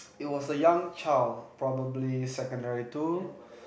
it was a young child probably secondary two